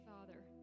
Father